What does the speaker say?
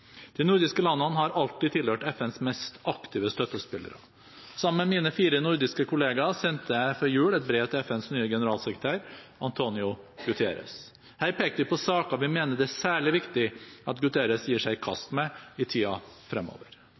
De nordiske landene har alltid tilhørt FNs mest aktive støttespillere. Sammen med mine fire nordiske kolleger sendte jeg før jul et brev til FNs nye generalsekretær, António Guterres. Her pekte vi på saker vi mener det er særlig viktig at Guterres gir seg i kast med i tiden fremover.